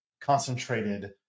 concentrated